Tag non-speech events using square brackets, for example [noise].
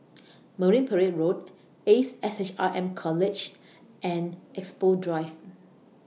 [noise] Marine Parade Road Ace S H R M College and Expo Drive